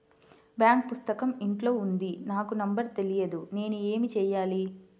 Bank పుస్తకం ఇంట్లో ఉంది నాకు నంబర్ తెలియదు నేను ఏమి చెయ్యాలి?